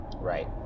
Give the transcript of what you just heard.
right